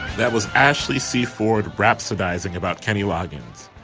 that was ashley c. ford raps advising about kenny loggins.